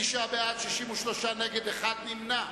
39 בעד, 63 נגד, אחד נמנע.